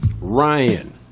Ryan